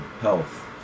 health